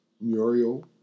Muriel